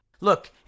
Look